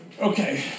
Okay